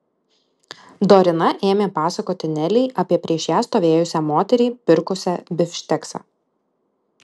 dorina ėmė pasakoti nelei apie prieš ją stovėjusią moterį pirkusią bifšteksą